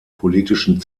politischen